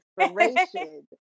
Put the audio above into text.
inspiration